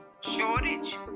shortage